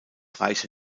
reiche